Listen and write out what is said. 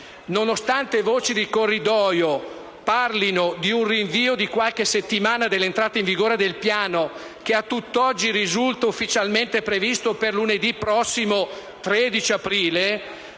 Nonostante voci di corridoio parlino di un rinvio di qualche settimana dell'entrata in vigore del piano, che a tutt'oggi risulta ufficialmente previsto per lunedì prossimo 13 aprile,